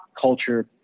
culture